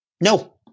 No